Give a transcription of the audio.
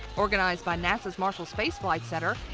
organized by nasa's marshall space flight center,